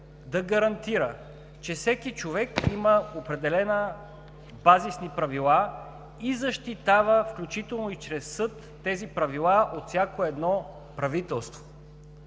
да гарантира, че всеки човек има определени базисни правила и защитава, включително и чрез съд, тези правила от всяко едно правителство.